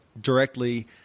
directly